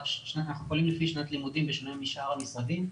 אנחנו פועלים לפי שנת לימודים בשונה משאר המשרדים,